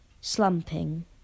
slumping